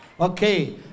Okay